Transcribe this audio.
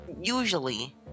usually